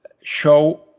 show